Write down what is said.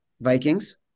Vikings